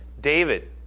David